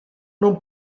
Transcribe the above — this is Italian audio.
non